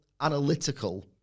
analytical